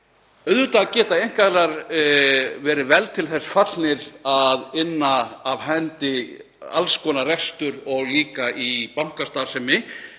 Auðvitað geta einkaaðilar verið vel til þess fallnir að inna af hendi alls konar rekstur og líka í bankastarfsemi.